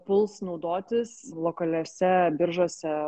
puls naudotis lokaliose biržose